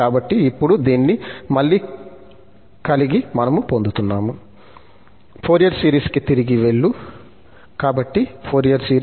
కాబట్టి ఇప్పుడు దీన్ని మళ్ళీ కలిగి మనము పొందుతున్నాము ఫోరియర్ సిరీస్ కి తిరిగి వెళ్ళు కాబట్టి ఫోరియర్ సిరీస్